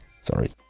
Sorry